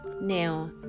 Now